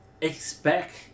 expect